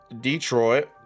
Detroit